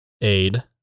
aid